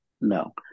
No